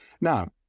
Now